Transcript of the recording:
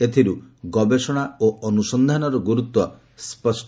ଏଥିରୁ ଗବେଷଣା ଓ ଅନୁସନ୍ଧାନର ଗୁରୁତ୍ୱ ସ୍ୱଷ୍ଟ